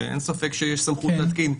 שאין ספק שיש סמכות להתקין,